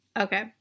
okay